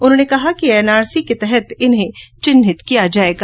उन्होंने कहा कि एनआरसी के तहत इन्हें चिन्हित किया जाएगा